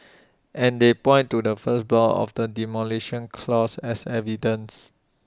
and they point to the first block of the Demolition Clause as evidence